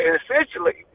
essentially